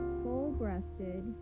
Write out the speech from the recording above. full-breasted